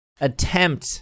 attempt